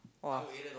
!wah!